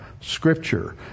Scripture